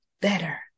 better